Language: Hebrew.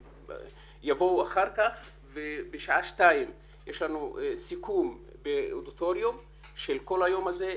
חלק יבואו אחר כך ובשעה שתיים יש לנו סיכום באודיטוריום של כל היום הזה.